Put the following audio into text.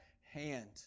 hand